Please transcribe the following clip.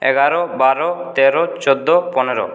এগারো বারো তেরো চোদ্দো পনেরো